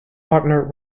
partner